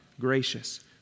gracious